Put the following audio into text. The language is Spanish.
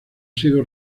sido